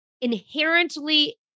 inherently